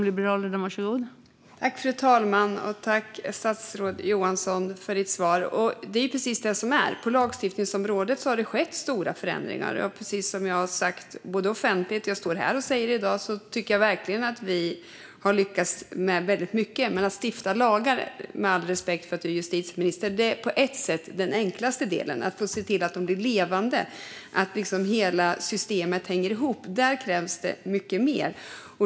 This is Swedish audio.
Fru talman! Tack, statsrådet Johansson, för ditt svar! Det är precis så det är. På lagstiftningsområdet har det skett stora förändringar. Som jag både har sagt offentligt och säger här i dag tycker jag verkligen att vi har lyckats med väldigt mycket. Att stifta lagar, med all respekt för att du är justitieminister, är på ett sätt den enklaste delen. För att se till att hela systemet hänger ihop krävs det mycket mer.